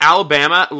Alabama